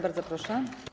Bardzo proszę.